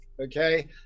Okay